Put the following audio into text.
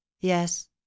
Yes